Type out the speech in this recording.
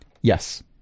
Yes